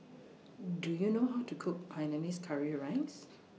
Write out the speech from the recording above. Do YOU know How to Cook Hainanese Curry Rice